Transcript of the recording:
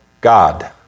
God